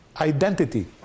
identity